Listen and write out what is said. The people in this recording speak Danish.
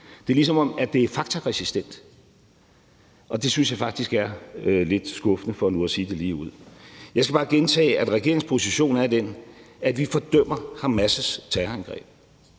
Det er, ligesom om det er faktaresistent, og det synes jeg faktisk er lidt skuffende, for nu at sige det ligeud. Jeg skal bare gentage, at regeringens position er den, at vi fordømmer Hamas' terrorangreb,